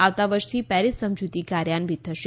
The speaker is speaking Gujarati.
આવતાં વર્ષથી પેરિસ સમજૂતી કાર્યાન્વિત થશે